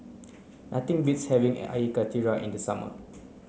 nothing beats having Karthira in the summer